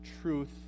truth